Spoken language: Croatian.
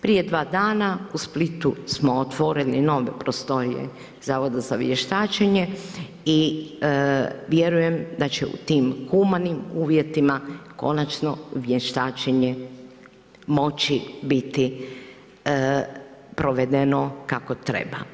Prije dva dana u Splitu smo otvorili nove prostorije Zavoda za vještačenje i vjerujem da će u tim humanim uvjetima konačno vještačenje moći biti provedeno kako treba.